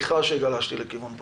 סליחה שגלשתי לכיוון פוליטי.